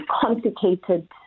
complicated